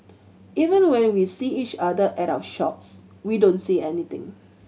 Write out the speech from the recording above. even when we see each other at our shops we don't say anything